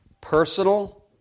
personal